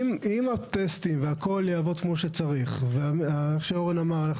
אם הטסטים והכול יעבוד כמו שצריך וכמו שאורן אמר,